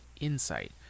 insight